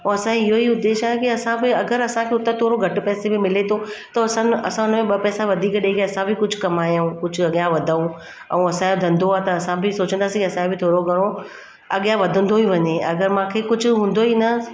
ऐं असांजो इहो ई उदेश आहे की असां बि अगरि असांखे हुते थोरो घटि पैसे में मिले थो त असां न असां हुन में ॿ पैसा वधीक ॾेई करे असां बि कुझु कमायूं कुझु अॻियां वधूं ऐं असांजो धंधो आहे त असां बि सोचंदासीं असांखे बि थोरो घणो अॻियां वधंदो ई वञे अगरि मूंखे कुझु हूंदो ई न